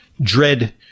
dread